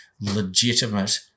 legitimate